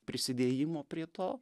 prisidėjimo prie to